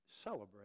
celebrate